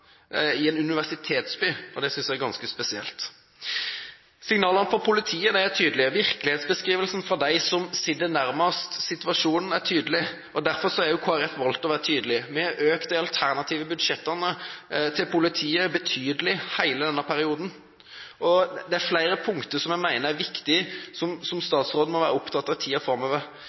i en universitetsby. Det synes jeg er ganske spesielt. Signalene for politiet er tydelige. Virkelighetsbeskrivelsen fra dem som sitter nærmest situasjonen, er tydelig. Derfor har også Kristelig Folkeparti valgt å være tydelig. Vi har økt de alternative budsjettene til politiet betydelig hele denne perioden. Det er flere punkter som jeg mener er viktige, og som statsråden må være opptatt av i tiden framover.